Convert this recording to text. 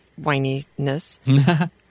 whininess